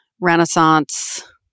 Renaissance